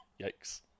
Yikes